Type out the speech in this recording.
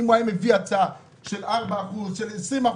שאם הוא היה מביא הצעה של 4% או של 20%,